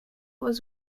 was